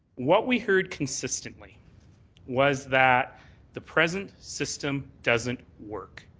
what we heard consistently was that the present system doesn't work.